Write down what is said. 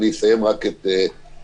אני אסיים רק את שלי.